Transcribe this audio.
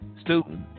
student